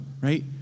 right